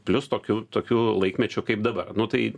plius tokiu tokiu laikmečiu kaip dabar nu tai